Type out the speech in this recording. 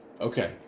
Okay